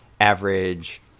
average